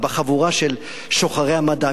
בחבורה של שוחרי המדע,